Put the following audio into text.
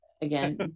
again